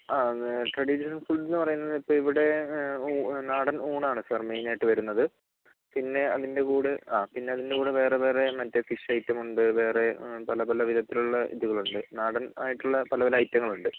ആ അത് traditional food എന്ന് പറയുന്നത് ഇപ്പോൾ ഇവിടെ നാടൻ ഊണാണ് സർ മെയിൻ ആയിട്ട് വരുന്നത് പിന്നെ അതിൻ്റെ കൂടെ ആ പിന്നെ അതിൻ്റെ കൂടെ വേറെ വേറെ മറ്റേ ഫിഷ് ഐറ്റം ഉണ്ട് വേറെ പല പല വിധത്തിലുള്ള ഇതുകളുണ്ട് നാടൻ ആയിട്ടുള്ള പല പല ഐറ്റങ്ങളുണ്ട്